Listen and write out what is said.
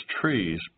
trees